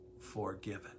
forgiven